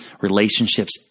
relationships